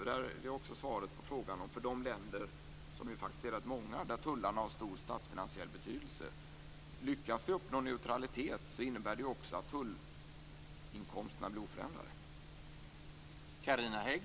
Det är också svaret på frågan för de länder, som faktiskt är rätt många, där tullarna har stor statsfinansiell betydelse. Lyckas vi uppnå neutralitet innebär det ju också att tullinkomsterna blir oförändrade.